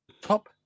Top